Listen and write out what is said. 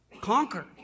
conquer